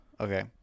okay